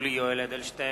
יולי יואל אדלשטיין,